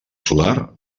solar